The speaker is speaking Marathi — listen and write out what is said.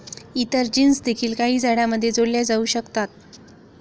इतर जीन्स देखील काही झाडांमध्ये जोडल्या जाऊ शकतात